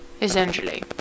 Essentially